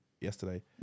yesterday